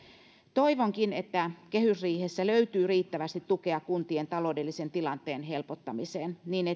toivonkin että kehysriihessä löytyy riittävästi tukea kuntien taloudellisen tilanteen helpottamiseen niin